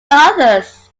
others